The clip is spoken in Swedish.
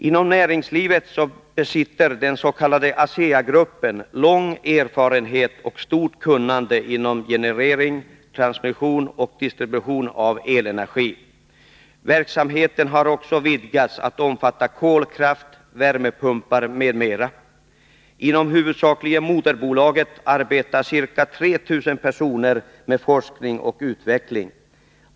Inom näringslivet besitter den s.k. ASEA-gruppen lång erfarenhet och stort kunnande i fråga om generering, transmission och distribution av elenergi. Verksamheten har också vidgats till att omfatta kolkraft, värmepumpar m.m. Inom huvudsakligen moderbolaget arbetar ca 3 000 personer med forskning och utveckling.